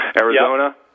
Arizona